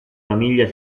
famiglia